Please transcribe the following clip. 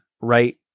right